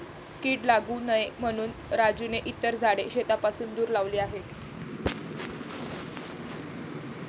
कीड लागू नये म्हणून राजूने इतर झाडे शेतापासून दूर लावली आहेत